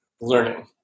learning